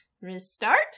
Restart